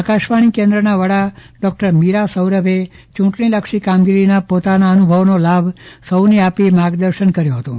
આકાશવાણી કેન્દ્રના વડા સુ શ્રી મીરા સૌરભે ચુંટણીલક્ષી કામગીરીના પોતાના અનુભવનો લાભ સૌને આપી માર્ગદર્શન કર્યું હતું